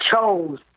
chose